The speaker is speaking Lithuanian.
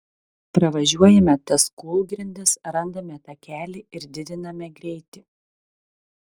pravažiuojame tas kūlgrindas randame takelį ir didiname greitį